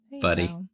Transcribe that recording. buddy